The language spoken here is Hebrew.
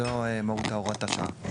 זו מהות הוראת השעה.